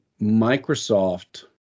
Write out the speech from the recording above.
Microsoft